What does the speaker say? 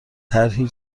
طرحی